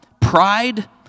pride